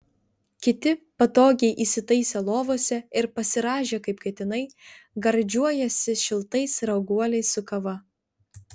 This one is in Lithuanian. kiti patogiai įsitaisę lovose ir pasirąžę kaip katinai gardžiuojasi šiltais raguoliais su kava